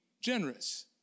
generous